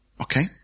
Okay